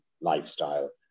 lifestyle